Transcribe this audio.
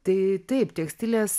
tai taip tekstilės